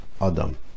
Adam